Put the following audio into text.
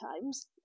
times